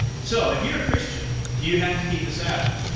so if you're a christian, do you have to keep the sabbath?